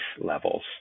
levels